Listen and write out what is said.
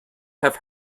have